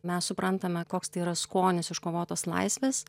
mes suprantame koks tai yra skonis iškovotos laisvės